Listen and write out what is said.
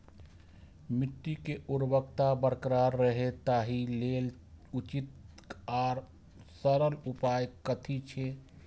मिट्टी के उर्वरकता बरकरार रहे ताहि लेल उचित आर सरल उपाय कथी छे?